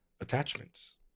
attachments